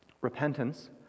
Repentance